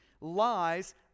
lies